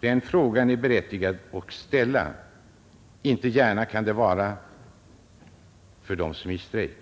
Den frågan är det berättigat att ställa. Inte gärna kan det vara för dem som är i strejk.